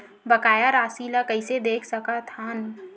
बकाया राशि ला कइसे देख सकत हान?